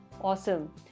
Awesome